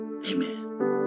Amen